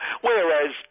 whereas